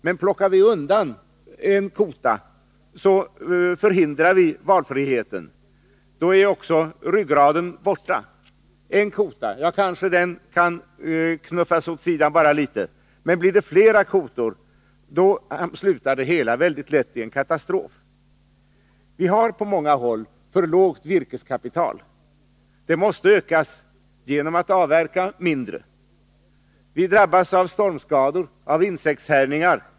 Men plockar vi undan en kota — förhindrar vi valfriheten —är också ryggraden borta. En kota må väl gå an, men blir det flera slutar det hela lätt i katastrof. Vi har på många håll för lågt virkeskapital. Det måste ökas genom att man avverkar mindre. Vi drabbas av stormskador och insektshärjningar.